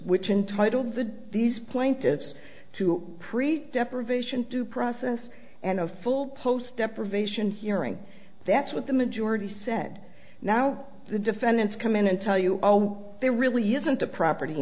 which entitle the these plaintiffs to pre deprivation due process and a full post deprivation hearing that's what the majority said now the defendants come in and tell you oh there really isn't a property